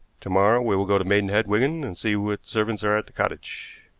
to-morrow we will go to maidenhead, wigan, and see what servants are at the cottage.